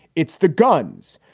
it's the guns.